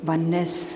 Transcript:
Oneness